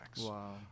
Wow